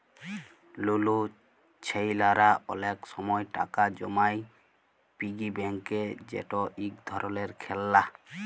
লুলু ছেইলারা অলেক সময় টাকা জমায় পিগি ব্যাংকে যেট ইক ধরলের খেললা